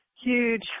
huge